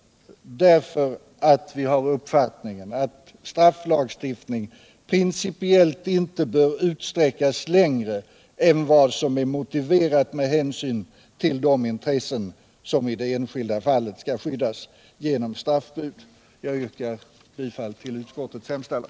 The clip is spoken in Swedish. Vi har nämligen uppfattningen att strafflagstiftningen principiellt inte bör utsträckas längre än vad som är motiverat med hänsyn till de intressen som i det enskilda fallet skall skyddas genom straffbud. Herr talman! Jag yrkar bifall till utskottets hemställan.